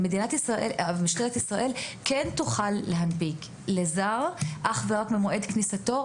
משטרת ישראל כן תוכל להנפיק רישום לזר אך ורק ממועד כניסתו,